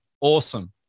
awesome